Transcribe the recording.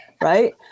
right